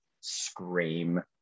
Scream